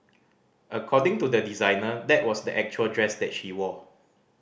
according to the designer that was the actual dress that she wore